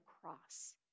cross